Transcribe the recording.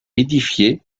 édifié